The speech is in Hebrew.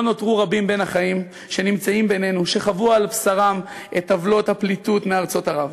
נותרו רבים בינינו שחוו על בשרם את עוולות הפליטות מארצות ערב.